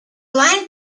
line